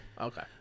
Okay